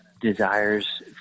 desires